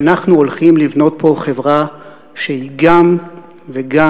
שאנחנו הולכים לבנות פה חברה שהיא גם וגם,